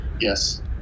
Yes